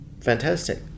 Fantastic